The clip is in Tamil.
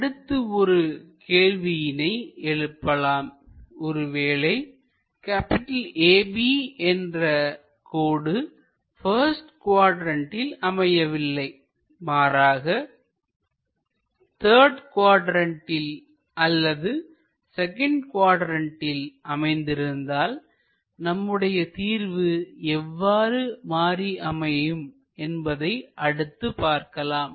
அடுத்து ஒரு கேள்வியினை எழுப்பலாம் ஒருவேளை AB என்ற கோடு பஸ்ட் குவாட்ரண்ட்டில் அமையவில்லை மாறாக த்தர்டு குவாட்ரண்ட்டில் அல்லது செகண்ட் குவாட்ரண்ட்டில் அமைந்திருந்தால் நம்முடைய தீர்வு எவ்வாறு மாறி அமையும் என்பதை அடுத்து பார்க்கலாம்